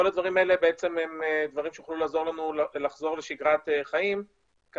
כל הדברים האלה הם דברים שיוכלו לעזור לנו לחזור לשגרת חיים כאשר